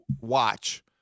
watch –